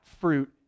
fruit